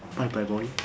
bye bye boy